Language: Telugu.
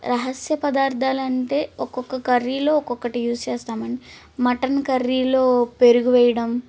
రహస్య పదార్ధాలంటే ఒక్కొక్క కర్రీలో ఒక్కొక్కటి యూస్ చేస్తామండి మటన్కర్రీలో పెరుగు వేయడం